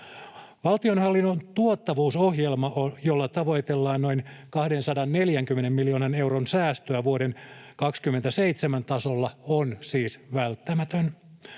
Valtionhallinnon tuottavuusohjelma, jolla tavoitellaan noin 240 miljoonan euron säästöä vuoden 27 tasolla, on siis välttämätön.